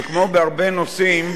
וכמו בהרבה נושאים,